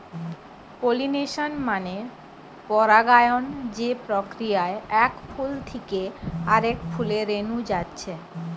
pollination মানে পরাগায়ন যে প্রক্রিয়ায় এক ফুল থিকে আরেক ফুলে রেনু যাচ্ছে